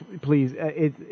Please